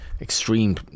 extreme